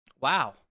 Wow